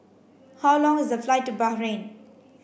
how long is the flight to Bahrain